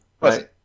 right